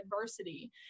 adversity